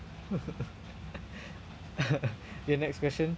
kay next question